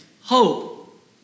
Hope